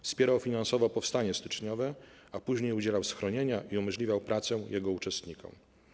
Wspierał finansowo Powstanie Styczniowe, a później udzielał schronienia i umożliwiał pracę jego uczestnikom.